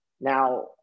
Now